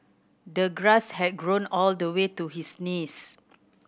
the grass had grown all the way to his knees